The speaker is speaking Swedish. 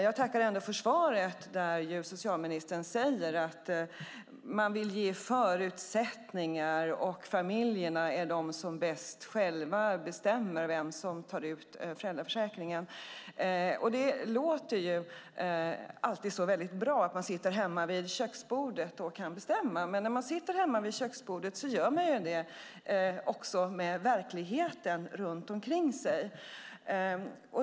Jag tackar ändå för svaret, där socialministern säger att man vill ge förutsättningar och att familjerna bäst själva bestämmer vem som tar ut föräldraförsäkringen. Det låter alltid så bra att man sitter hemma vid köksbordet och bestämmer. Men när man sitter hemma vid köksbordet görs det också med verkligheten runt omkring en.